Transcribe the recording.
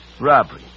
Robbery